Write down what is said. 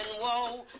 woe